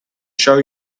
show